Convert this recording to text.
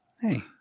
Hey